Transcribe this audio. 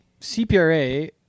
CPRA